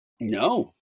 no